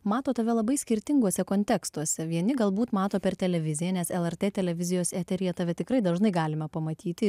mato tave labai skirtinguose kontekstuose vieni galbūt mato per televiziją nes lrt televizijos eteryje tave tikrai dažnai galime pamatyti